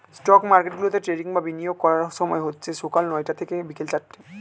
stock মার্কেটগুলোতে trading বা বিনিয়োগ করার সময় হচ্ছে সকাল নয়টা থেকে বিকেল চারটে